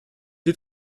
des